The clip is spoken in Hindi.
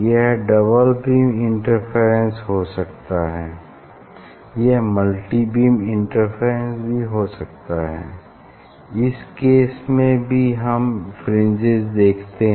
यह डबल बीम इंटरफेरेंस हो सकता है यह मल्टी बीम इंटरफेरेंस भी हो सकता है इस केस में भी हम फ्रिंजेस देखते हैं